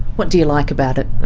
what do you like about it?